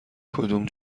کدوم